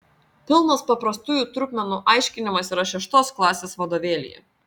pilnas paprastųjų trupmenų aiškinimas yra šeštos klasės vadovėlyje